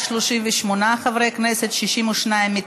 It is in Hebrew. של חברי הכנסת יעל גרמן,